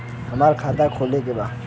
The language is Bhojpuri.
हमार खाता खोले के बा?